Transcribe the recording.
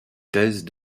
thèse